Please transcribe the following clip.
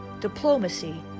diplomacy